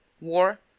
war